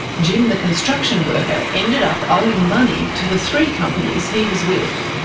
jim the construction worker ended up owing money to the three companies he was with.